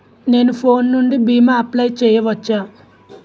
నేను ఫోన్ నుండి భీమా అప్లయ్ చేయవచ్చా?